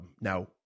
Now